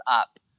up